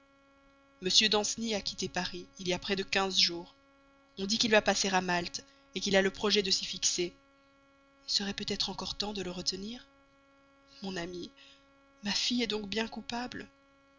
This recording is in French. danceny a quitté paris il y a près de quinze jours on dit qu'il va passer à malte qu'il a le projet de s'y fixer il serait peut-être encore temps de le retenir mon amie ma fille est donc bien coupable